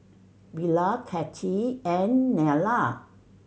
Belia Cathy and Nella